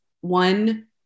one